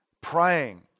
praying